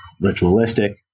ritualistic